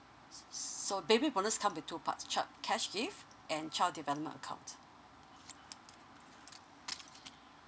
so baby bonus come with two parts child cash gift and child development account